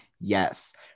yes